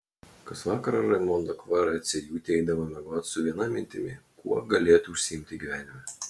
kas vakarą raimonda kvaraciejūtė eidavo miegoti su viena mintimi kuo galėtų užsiimti gyvenime